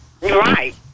Right